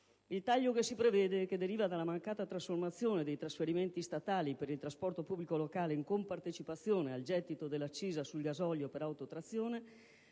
Il taglio che si prevede, e che deriva dalla mancata trasformazione dei trasferimenti statali per il trasporto pubblico locale in compartecipazione al gettito dell'accisa sul gasolio per autotrazione,